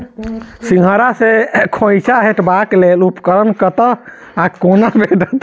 सिंघाड़ा सऽ खोइंचा हटेबाक लेल उपकरण कतह सऽ आ कोना भेटत?